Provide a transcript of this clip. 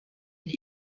live